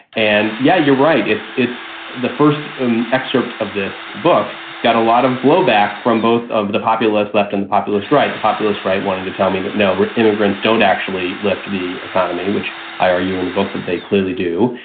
and, yeah, you're right, it's it's the first um excerpt of this book got a lot of blowback from both of the populist left and the populist right. the populist right wanted to tell me that now immigrants don't actually lift the economy, which i argue in the book that they clearly do.